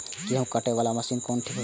गेहूं कटे वाला मशीन कोन ठीक होते?